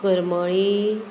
Karmali